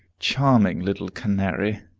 charming little canary!